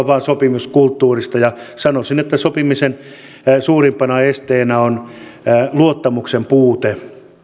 vain sopimuskulttuurissa sanoisin että sopimisen suurimpana esteenä on luottamuksen puute